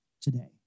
today